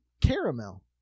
caramel